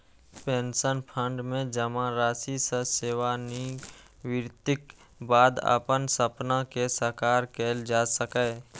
pension fund मे जमा राशि सं सेवानिवृत्तिक बाद अपन सपना कें साकार कैल जा सकैए